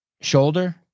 shoulder